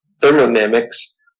thermodynamics